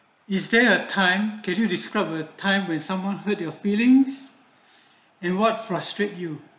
is there a time can you describe the time with someone heard your feelings in what frustrate you